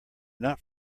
not